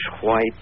white